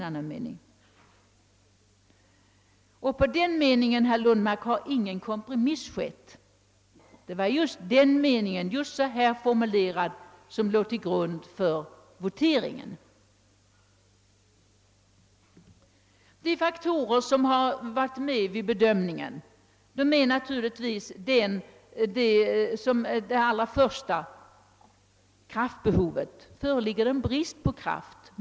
Rörande den meningen, herr Lundmark, har ingen kompromiss skett. Det var just den formuleringen som låg till grund för voteringen. Den faktor som spelat in vid bedömningen är naturligtvis först och främst kraftbehovet. Föreligger det brist på kraft?